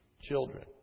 children